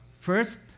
First